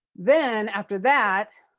then after that,